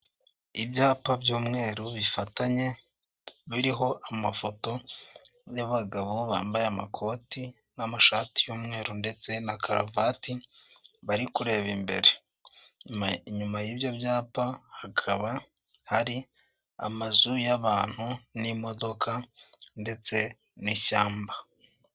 Ibyapa by'umweru bifatanye biriho amafoto y'abagabo bambaye amakoti n'amashati y'umweru ndetse na karuvati bari kureba imbere. Inyuma y'ibyo byapa hakaba hari amazu y'abantu n'imodoka ndetse n'ishyamba.